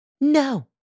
No